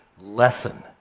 lesson